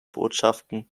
botschaften